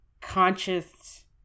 conscious